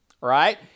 Right